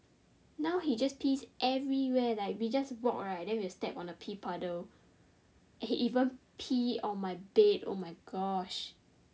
now he just pees everywhere like we just walk right then we will step on the pee puddle and even pee on my bed oh my gosh